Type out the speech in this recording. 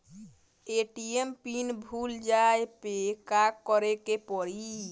ATM PIN भूल जाए पे का करे के पड़ी?